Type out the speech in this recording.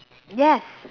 yes